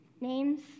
Names